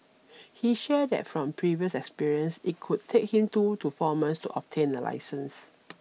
he shared that from previous experience it could take him two to four months to obtain a licence